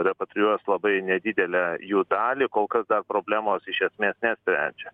repatrijuos labai nedidelę jų dalį kol kas dar problemos iš esmės nesprendžia